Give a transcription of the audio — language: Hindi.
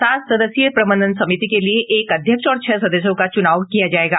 सात सदस्यीय प्रबंधन समिति के लिये एक अध्यक्ष और छह सदस्यों का चूनाव किया जायेगा